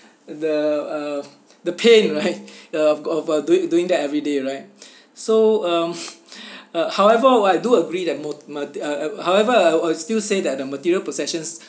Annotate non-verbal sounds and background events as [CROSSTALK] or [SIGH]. the uh the pain right of of uh doing doing that everyday right so um [LAUGHS] uh however well I do agree that mo~ mate~ uh uh however I I will still say that the material possessions